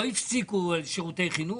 לא הפסיקו שירותי חינוך.